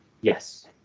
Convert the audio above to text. Yes